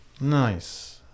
nice